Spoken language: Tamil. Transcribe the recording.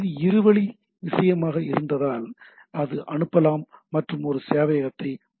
இது 2 வழி விஷயமாக இருந்தால் அது அனுப்பலாம் மற்றும் அது சேவையகத்தை அணுகலாம்